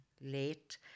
late